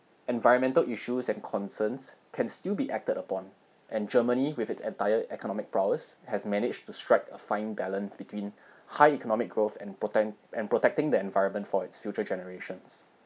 environmental issues and concerns can still be acted upon and germany with its entire economic prowess has managed to strike a fine balance between high economic growth and and protecting the environment for its future generations